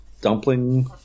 dumpling